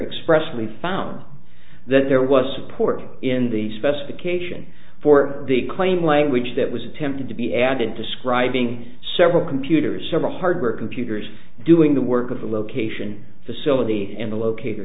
expressly found that there was support in the specification for the claim language that was attempted to be added describing several computers several hardware computers doing the work of the location facility in the locat